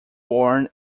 born